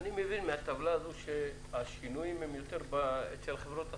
אני מבין מהטבלה הזו שהשינויים הם יותר אצל חברות הסלולר.